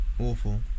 awful